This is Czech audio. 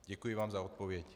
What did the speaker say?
Děkuji vám za odpověď.